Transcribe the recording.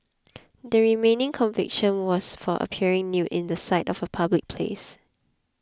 the remaining conviction was for appearing nude in sight of a public place